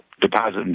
deposit